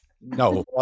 No